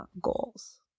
goals